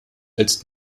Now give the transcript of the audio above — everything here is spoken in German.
als